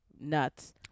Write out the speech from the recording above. nuts